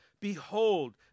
Behold